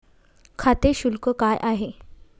खाते शुल्क काय आहे?